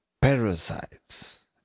parasites